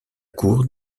cour